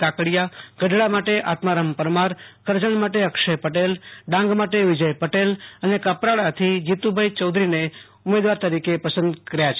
કાકડીયા ગઢડા માટ આત્મારામ પરમાર કરજણ માટે અક્ષય પટેલ ડાંગ માટે વિજય પટેલ અને કપરાડાથી જીતભાઈ ચૌધરીને ઉમેદવાર તરીકે પસંદ કર્યા છે